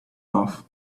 off